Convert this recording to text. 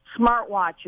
smartwatches